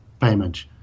payment